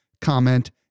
comment